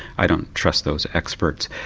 i don't trust those experts.